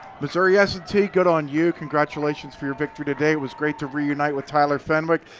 missouri s and t good on you. congratulations for your victory today. it was great to reunite with tyler fenwick.